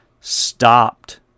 stopped